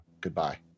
Goodbye